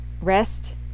rest